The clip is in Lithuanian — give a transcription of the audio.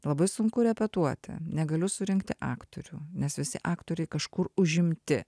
labai sunku repetuoti negaliu surinkti aktorių nes visi aktoriai kažkur užimti